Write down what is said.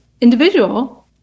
individual